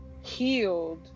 healed